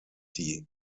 die